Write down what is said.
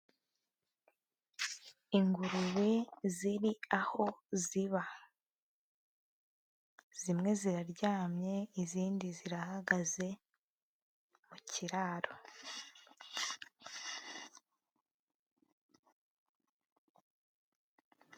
Ingurube ziri aho ziba. Zimwe ziraryamye, izindi zirahagaze mu kiraro.